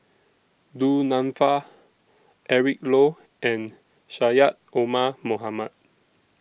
Du Nanfa Eric Low and Syed Omar Mohamed